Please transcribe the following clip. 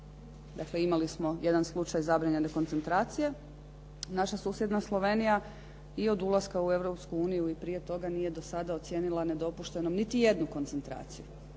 dakle imali smo jedan slučaj zabranjene koncentracije. Naša susjedna Slovenija i od ulaska u Europsku uniju ili prije toga nije do sada ocijenila nedopuštenom niti jednu koncentraciju.